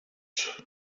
out